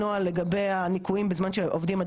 אני אשמח אם תוכלו להתייחס לזה בסיום.